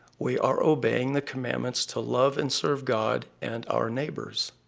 we are obeying the commandments to love and serve god and our neighbors.